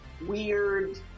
Weird